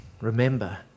remember